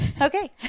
Okay